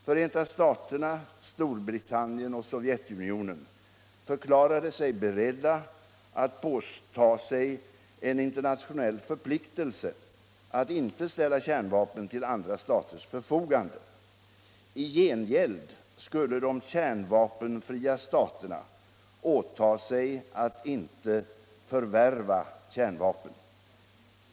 Förenta staterna, Storbritannien och Sovjetunionen förklarade sig beredda att påta sig en internationell förpliktelse att inte ställa kärnvapen till andra staters förfogande. I gengäld skulle de kärnvapenfria staterna åta sig att inte förvärva kärnvapen.